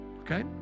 okay